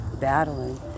battling